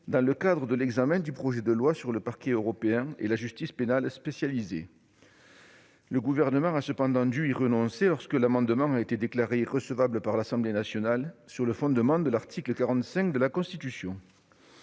dans le cadre de l'examen du projet de loi relatif au Parquet européen. Le Gouvernement a cependant dû y renoncer, lorsque l'amendement a été déclaré irrecevable par l'Assemblée nationale sur le fondement de l'article 45 de la Constitution.